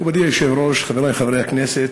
מכובדי היושב-ראש, חברי חברי הכנסת,